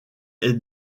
est